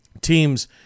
teams